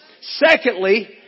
Secondly